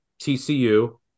TCU